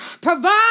provide